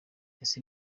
ese